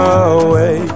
away